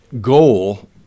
goal